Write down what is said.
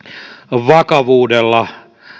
vakavuudella